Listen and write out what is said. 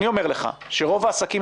אני אומר לך שרוב העסקים,